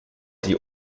die